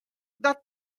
that